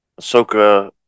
Ahsoka